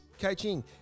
Coaching